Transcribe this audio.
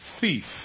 thief